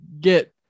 get